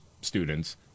students